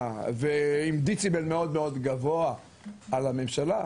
ועם דציבל מאוד מאוד גבוה על הממשלה,